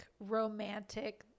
romantic